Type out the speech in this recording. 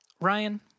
Ryan